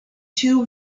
two